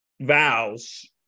vows